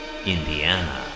Indiana